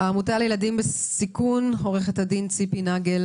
העמותה לילדים בסיכון, עו"ד ציפי נגל